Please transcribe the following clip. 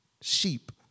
Sheep